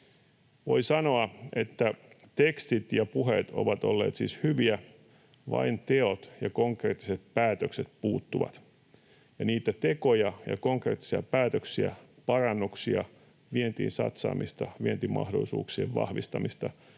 Voi sanoa, että tekstit ja puheet ovat olleet siis hyviä, vain teot ja konkreettiset päätökset puuttuvat, ja niitä tekoja ja konkreettisia päätöksiä, parannuksia, vientiin satsaamista, vientimahdollisuuksien vahvistamista